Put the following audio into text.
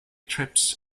trips